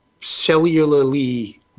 cellularly